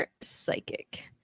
Psychic